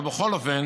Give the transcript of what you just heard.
אבל בכל אופן